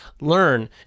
learn